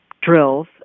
drills